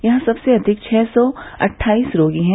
यहां सबसे अधिक छः सौ अट्ठाईस रोगी हैं